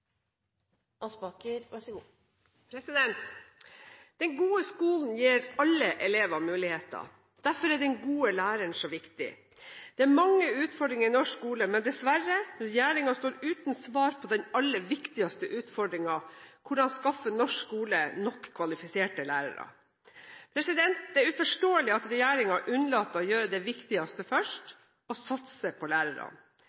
den gode læreren så viktig. Det er mange utfordringer i norsk skole, men dessverre, regjeringen står uten svar på den aller viktigste utfordringen: Hvordan skaffe norsk skole nok kvalifiserte lærere? Det er uforståelig at regjeringen unnlater å gjøre det viktigste